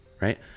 right